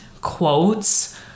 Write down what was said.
quotes